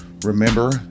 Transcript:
Remember